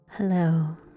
Hello